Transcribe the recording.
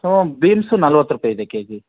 ಹ್ಞೂ ಬೀನ್ಸು ನಲ್ವತ್ತು ರೂಪಾಯಿ ಇದೆ ಕೆ ಜಿ